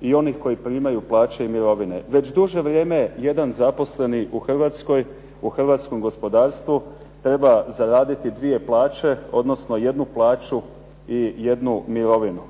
i onih koji primaju plaće i mirovine. Već duže vrijeme jedan zaposleni u Hrvatskoj, u hrvatskom gospodarstvu treba zaraditi dvije plaće odnosno jednu plaću i jednu mirovinu.